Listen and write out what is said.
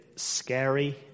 Scary